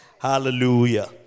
Hallelujah